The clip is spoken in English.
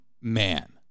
man